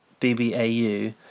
bbau